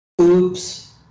Oops